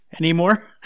anymore